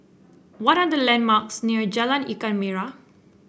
what are the landmarks near Jalan Ikan Merah